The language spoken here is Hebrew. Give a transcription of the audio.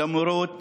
למורות,